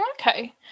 okay